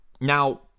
Now